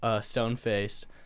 stone-faced